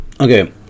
okay